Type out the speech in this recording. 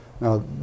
Now